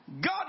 God